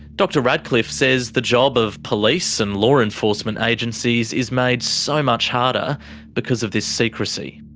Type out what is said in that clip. dr radcliffe says the job of police and law enforcement agencies is made so much harder because of this secrecy.